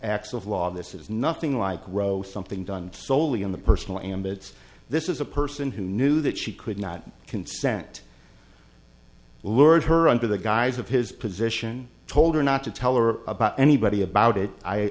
acts of law this is nothing like row something done soley in the personal and bits this is a person who knew that she could not consent lured her under the guise of his position told her not to tell her about anybody about it i